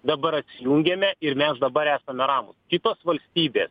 dabar atsijungiame ir mes dabar esame ramūs kitos valstybės